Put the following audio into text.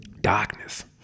Darkness